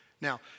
Now